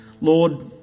Lord